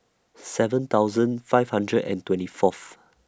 seven thousand five hundred and twenty Fourth